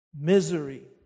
misery